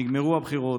נגמרו הבחירות,